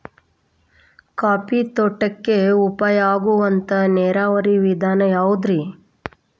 Coffee ತೋಟಕ್ಕ ಉಪಾಯ ಆಗುವಂತ ನೇರಾವರಿ ವಿಧಾನ ಯಾವುದ್ರೇ?